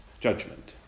Judgment